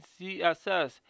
CSS